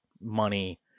money